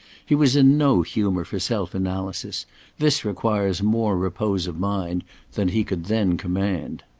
he was in no humour for self-analysis this requires more repose of mind than he could then command.